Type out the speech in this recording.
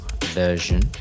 version